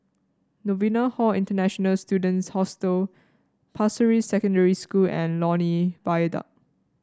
Novena Hall International Students Hostel Pasir Ris Secondary School and Lornie Viaduct